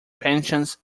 pensions